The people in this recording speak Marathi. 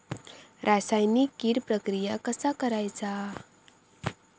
रासायनिक कीड प्रक्रिया कसा करायचा?